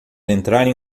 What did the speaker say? entrarem